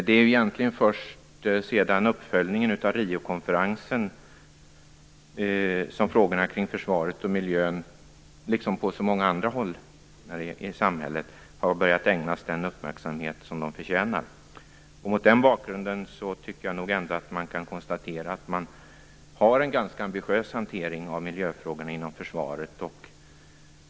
Det är egentligen först sedan uppföljningen av Riokonferensen som frågorna kring försvaret och miljön, liksom som på så många andra håll i samhället, har börjat ägnas den uppmärksamhet som de förtjänar. Mot den bakgrunden kan vi konstatera att man har en ganska ambitiös hantering av miljöfrågorna inom försvaret.